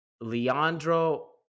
Leandro